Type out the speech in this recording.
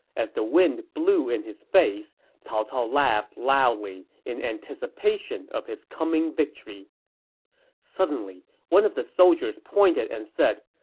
as the wind blew in his face, cao cao laughed loudly in anticipation of his coming victory suddenly, one of the soldiers pointed and said,